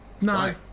no